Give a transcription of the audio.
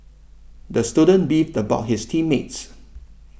the student beefed about his team mates